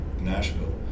Nashville